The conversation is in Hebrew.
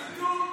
ניתוק.